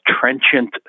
trenchant